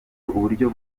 uburyo